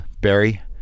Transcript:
barry